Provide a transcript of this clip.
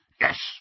Yes